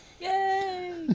Yay